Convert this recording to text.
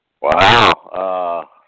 Wow